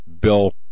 Bill